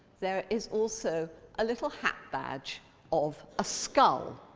there is also a little hat badge of a skull.